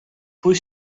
pwy